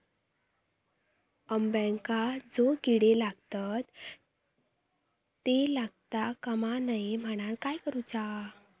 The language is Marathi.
अंब्यांका जो किडे लागतत ते लागता कमा नये म्हनाण काय करूचा?